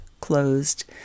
closed